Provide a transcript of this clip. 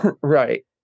Right